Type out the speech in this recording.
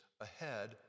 ahead